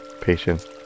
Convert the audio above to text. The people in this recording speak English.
patience